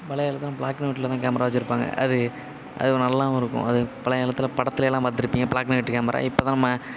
பழைய காலத்திலலாம் black and ஒயிட்டில்தான் கேமரா வச்சுருப்பாங்க அது அது நல்லாவும் இருக்கும் அது பழைய காலத்தில் படத்திலயெல்லாம் பார்த்துருப்பீங்க பிளாக் அண்ட் ஒயிட் கேமரா இப்போதான் நம்ம